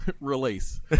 Release